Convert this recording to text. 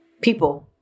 people